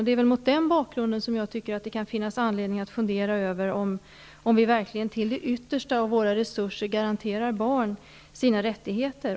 Det är mot den bakgrunden jag menar att det kan finnas anledning att fundera över om vi verkligen till det yttersta av våra resurser garanterar barn deras rättigheter.